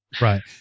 Right